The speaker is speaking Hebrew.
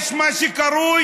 יש מה שקרוי,